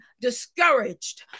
discouraged